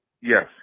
Yes